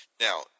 Now